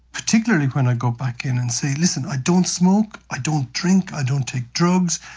particularly when i go back in and say, listen, i don't smoke, i don't drink, i don't take drugs,